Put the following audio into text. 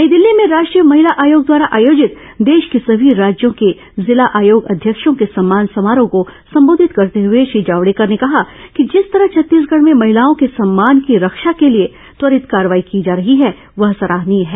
नई दिल्ली में राष्ट्रीय महिला आयोग द्वारा आयोजित देश के सभी राज्यों के जिला आयोग अध्यक्षों के सम्मान समारोह को संबोधित करते हुए श्री जावड़ेकर ने कहा कि जिस तरह छत्तीसगढ़ में महिलाओं के सम्मान की रक्षा के लिए त्वरित कार्रवाई की जा रही है वह सराहनीय है